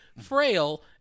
frail